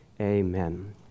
Amen